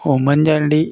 Oommen Chandy